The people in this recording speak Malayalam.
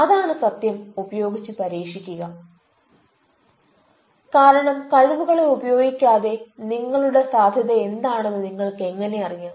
അതാണ് സത്യം ഉപയോഗിച്ച് പരീക്ഷിക്കുക കാരണം കഴിവുകളെ ഉപയോഗിക്കാതെ നിങ്ങളുടെ സാധ്യത എന്താണെന്ന് നിങ്ങൾക്ക് എങ്ങനെ അറിയാം